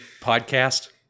podcast